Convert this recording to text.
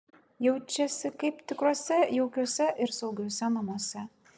jaučiasi kaip tikruose jaukiuose ir saugiuose namuose